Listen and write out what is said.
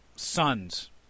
Sons